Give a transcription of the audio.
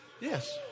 Yes